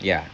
yeah